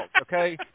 okay